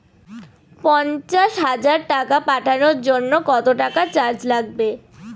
পণ্চাশ হাজার টাকা পাঠানোর জন্য কত টাকা চার্জ লাগবে?